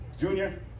Junior